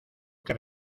que